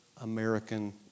American